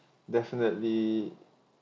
definitely